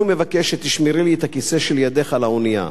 מבקש שתשמרי לי את הכיסא שלידך על האונייה.